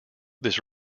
this